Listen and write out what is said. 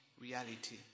reality